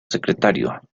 secretario